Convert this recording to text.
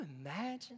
imagine